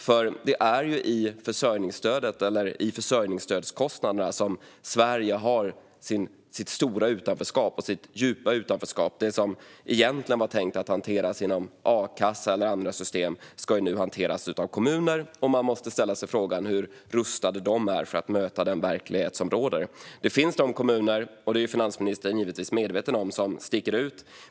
Det är nämligen i kostnaderna för försörjningsstöd som Sveriges stora och djupa utanförskap visar sig. Det som egentligen var tänkt att hanteras genom a-kassa eller andra system ska nu hanteras av kommuner, och man måste fråga sig hur rustade de är att möta den verklighet som råder. Det finns, vilket finansministern givetvis är medveten om, kommuner som sticker ut.